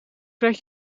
krijg